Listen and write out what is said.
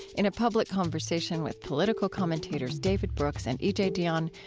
in a public conversation with political commentators david brooks and e j. dionne,